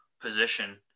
position